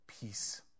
Peace